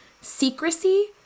Secrecy